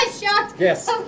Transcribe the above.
Yes